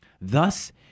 Thus